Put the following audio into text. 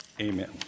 amen